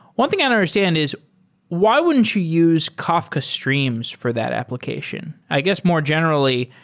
one thing i don't understand is why wouldn't you use kafka streams for that application? i guess, more generally,